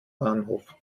bahnhof